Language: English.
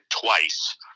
twice